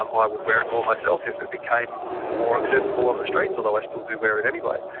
um i would wear it more myself if it became more acceptable on the streets, although i still do wear it anyway.